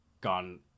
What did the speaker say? gone